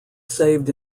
saved